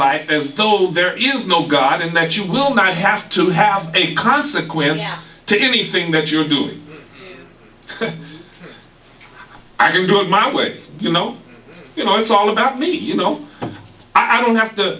life as told there is no god and that you will not have to have a consequence to anything that you're doing i'm going to do it my way you know you know it's all about me you know i don't have to